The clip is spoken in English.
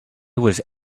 was